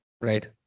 Right